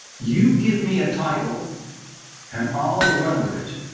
you give me a title and i'll run with it.